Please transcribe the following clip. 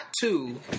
two